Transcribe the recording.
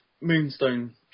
Moonstone